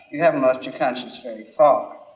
you haven't lost your conscience very far.